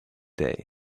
day